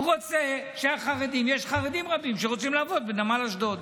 הוא רוצה, יש חרדים רבים שרוצים לעבוד בנמל אשדוד.